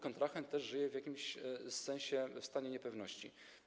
Kontrahent też żyje w jakimś sensie w stanie niepewności.